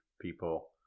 people